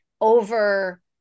over